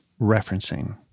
referencing